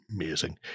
amazing